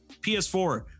ps4